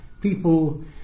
people